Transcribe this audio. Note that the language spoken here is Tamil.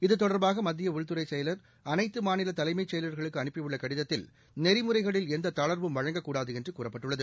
இதுதொடர்பாகமத்தியஉள்துறைசெயலர் அனைத்துமரிநலதலைமைசெயலர்களுக்குஅனுப்பியுள்ளகடிதத்தில் நெறிமுறைகளில் எந்ததளர்வும் வழங்கக்கூடாதுஎன்றுகூறப்பட்டுள்ளது